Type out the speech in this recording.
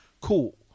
cool